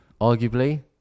arguably